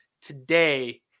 today